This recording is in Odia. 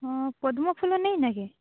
ହଁ ପଦ୍ମଫୁଲ ନେଇଁନାକେ